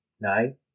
nine